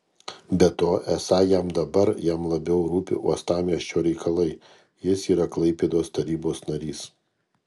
be to esą jam dabar jam labiau rūpi uostamiesčio reikalai jis yra klaipėdos tarybos narys